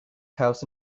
house